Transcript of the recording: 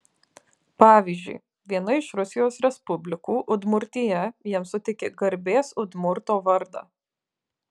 pavyzdžiui viena iš rusijos respublikų udmurtija jam suteikė garbės udmurto vardą